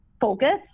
Focus